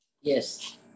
Yes